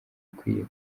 ikwiye